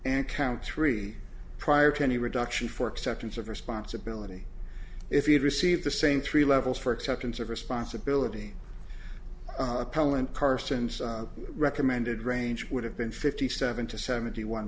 and count three prior to any reduction for acceptance of responsibility if you receive the same three levels for acceptance of responsibility appellant carstens recommended range would have been fifty seven to seventy one